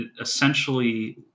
essentially